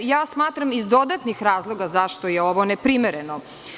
Ja smatram, iz dodatnih razloga, zašto je ovo neprimereno.